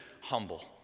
humble